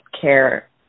care